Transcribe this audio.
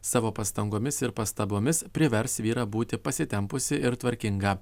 savo pastangomis ir pastabomis privers vyrą būti pasitempusį ir tvarkingą